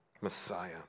Messiah